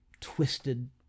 twisted